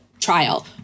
trial